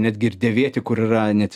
netgi ir dėvėti kur yra net